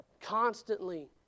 constantly